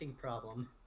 problem